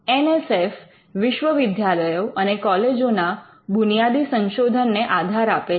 N S F વિશ્વવિદ્યાલયો અને કોલેજોના બુનિયાદી સંશોધનને આધાર આપે છે